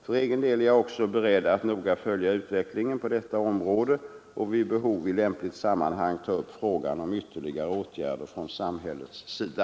För egen del är jag också beredd att noga följa utvecklingen på detta område och vid behov i lämpligt sammanhang ta upp frågan om ytterligare åtgärder från samhällets sida.